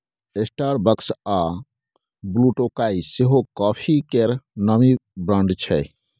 Starbucks आ ब्लुटोकाइ सेहो coffee केर नामी ब्रांड छै